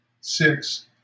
six